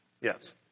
Yes